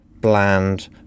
Bland